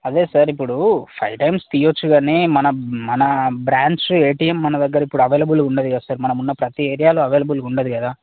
అదే సార్ ఇప్పుడు five times తీయచ్చు కానీ మన మన బ్రాంచ్ ఏటీఎం మన దగ్గర ఇప్పుడు అవైలబుల్ ఉండదు కదా సార్ మనము ఉన్న ప్రతి ఏరియాలో అవైలబుల్గా ఉండదు కదా